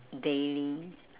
daily